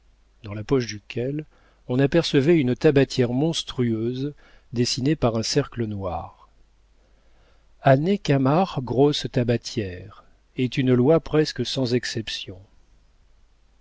dans la poche duquel on apercevait une tabatière monstrueuse dessinée par un cercle noir a nez camard grosse tabatière est une loi presque sans exception